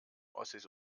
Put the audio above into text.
ossis